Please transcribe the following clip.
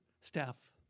staff